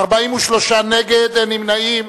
אין נמנעים.